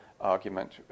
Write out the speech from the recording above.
argument